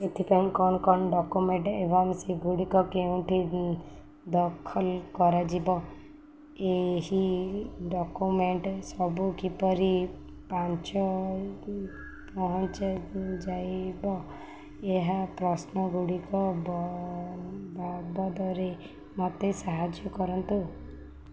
ଏଥିପାଇଁ କ'ଣ କ'ଣ ଡକ୍ୟୁମେଣ୍ଟ ଦରକାର ଏବଂ ସେଗୁଡ଼ିକୁ କେଉଁଠି ଦଖଲ କରାଯିବ ଏହି ଡକ୍ୟୁମେଣ୍ଟ ସବୁ କିପରି ପାଞ୍ଚ ଏହି ପ୍ରଶ୍ନ ଗୁଡ଼ିକ ବାବଦରେ ମୋତେ ସାହାଯ୍ୟ କରନ୍ତୁ